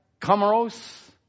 Comoros